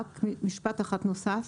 רק משפט אחד נוסף,